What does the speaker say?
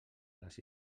les